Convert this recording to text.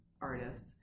artists